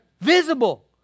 Visible